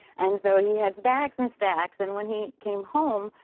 and so he has stacks and stacks, and when he came home,